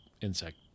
insect